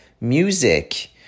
music